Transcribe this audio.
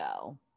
go